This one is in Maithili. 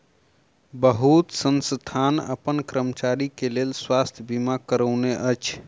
बहुत संस्थान अपन कर्मचारी के लेल स्वास्थ बीमा करौने अछि